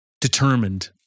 determined